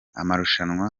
amarushanwa